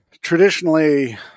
Traditionally